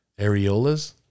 Areolas